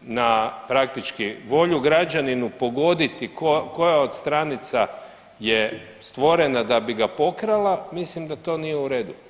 na praktički volju građaninu pogoditi koja od stranica je stvorena da bi ga pokrala, mislim da to nije u redu.